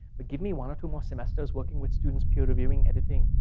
but give me one or two more semesters working with students peer reviewing, editing,